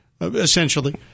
essentially